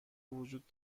وجود